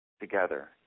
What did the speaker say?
together